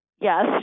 Yes